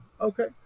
okay